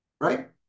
Right